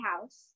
house